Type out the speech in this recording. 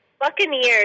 Buccaneers